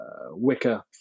wicker